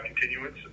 continuance